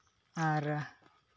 ᱟᱨ